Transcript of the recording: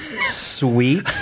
Sweet